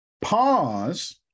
Pause